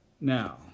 Now